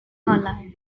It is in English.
hollow